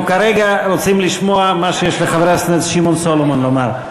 אנחנו כרגע רוצים לשמוע מה שיש לחבר הכנסת שמעון סולומון לומר.